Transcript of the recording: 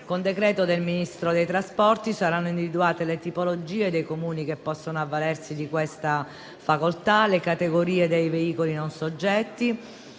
infrastrutture e dei trasporti saranno individuate le tipologie dei Comuni che possono avvalersi di questa facoltà, le categorie dei veicoli non soggetti,